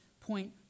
point